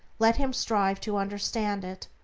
let him strive to understand it,